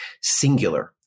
singular